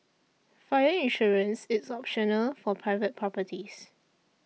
fire insurance is optional for private properties